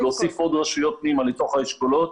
להוסיף עוד רשויות פנימה לתוך האשכולות.